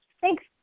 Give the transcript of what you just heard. Thanks